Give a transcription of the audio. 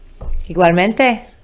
Igualmente